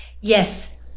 Yes